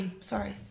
sorry